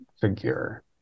figure